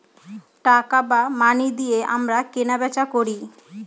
টাকা বা মানি দিয়ে আমরা কেনা বেচা করি